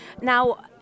Now